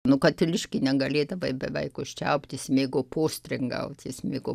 nu katiliškį negalėdavai beveik užčiaupt jis mėgo postringaut jis mėgo